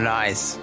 nice